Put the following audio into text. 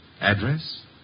Address